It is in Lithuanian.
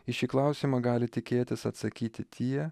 į šį klausimą gali tikėtis atsakyti tie